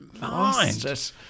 mind